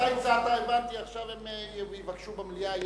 אתה הצעת, הבנתי, עכשיו הם יבקשו במליאה.